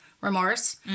remorse